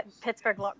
Pittsburgh